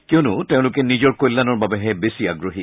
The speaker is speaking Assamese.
কিয়নো তেওঁলোকে নিজৰ কল্যাণৰ বাবেহে বেছি আগ্ৰহী